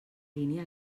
línia